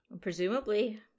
Presumably